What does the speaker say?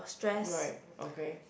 right okay